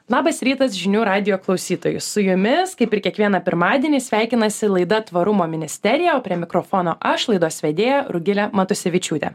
labas rytas žinių radijo klausytojus su jumis kaip ir kiekvieną pirmadienį sveikinasi laida tvarumo ministerija o prie mikrofono aš laidos vedėja rugilė matusevičiūtė